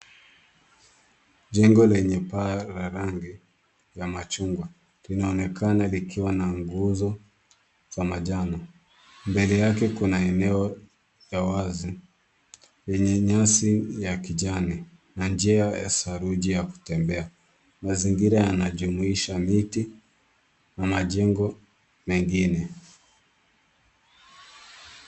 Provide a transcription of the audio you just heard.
Jengo lenye paa la rangi ya machungwa, linaonekana likiwa na nguzo za manjano. Mbele yake kuna eneo la wazi yenye nyasi ya kijani, na njia ya saruji ya kutembea. Mazingira yanajumuisha miti na majengo mengine.